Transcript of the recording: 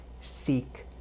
seek